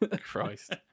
Christ